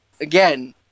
again